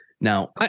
Now